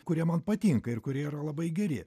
kuria man patinka ir kurie yra labai geri